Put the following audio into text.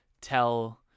tell